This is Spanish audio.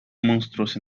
monstruos